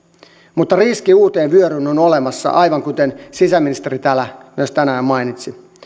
mutta riski uuteen vyöryyn on olemassa aivan kuten sisäministeri täällä myös tänään mainitsi